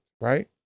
right